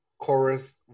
chorus